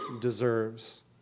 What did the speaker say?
deserves